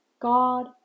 God